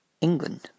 England